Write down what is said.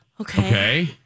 Okay